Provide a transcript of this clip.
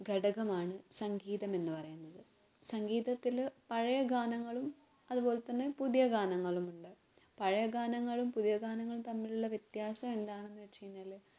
ഘടകമാണ് സംഗീതം എന്ന് പറയുന്നത് സംഗീതത്തിൽ പഴയ ഗാനങ്ങളും അതുപോലെ തന്നെ പുതിയ ഗാനങ്ങളുമുണ്ട് പഴയ ഗാനങ്ങളും പുതിയ ഗാനങ്ങളും തമ്മിലുള്ള വ്യത്യാസം എന്താണെന്ന് വെച്ച് കഴിഞ്ഞാൽ